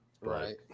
Right